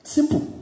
Simple